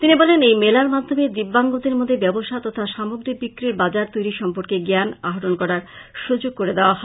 তিনি বলেন এই মেলার মাধ্যমে দিব্যাংগদের মধ্যে ব্যবসা তথা সামগ্রী বিক্রির বাজার তৈরী সম্পর্কে জ্ঞান আহরন করার সুযোগ করে দেওয়া হয়